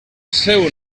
seu